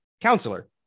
counselor